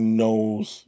knows